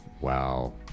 Wow